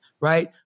right